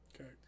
Okay